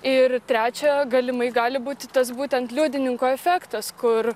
ir trečia galimai gali būti tas būtent liudininko efektas kur